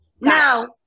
Now